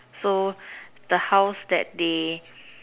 so the house that they